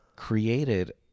created